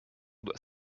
doit